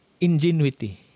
ingenuity